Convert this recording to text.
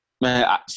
Man